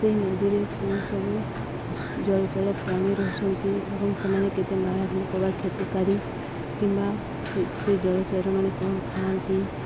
ସେଇ ନଦୀରେ କେଉଁ ସବୁ ଜଳଚର ପ୍ରାଣୀ ରହୁଛନ୍ତି ଏବଂ ସେମାନେ କେତେ ମାରାତ୍ମକ ବା କ୍ଷତିକାରୀ କିମ୍ବା ସେ ସେ ଜଳଚରମାନେ କ'ଣ ଖାଆନ୍ତି